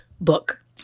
book